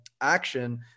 action